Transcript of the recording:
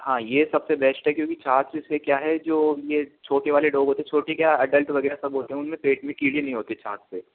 हाँ ये सब से बेस्ट है क्योंकि छाछ से क्या है जो ये छोटे वाले डॉग होते हैं छोटे क्या अडल्ट वगैरह सब होते हैं उनमें पेट में कीड़े नहीं होते छाछ से